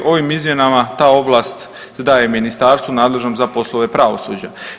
Ovim izmjenama ta ovlast se daje Ministarstvu nadležnom za poslove pravosuđa.